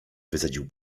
wycedził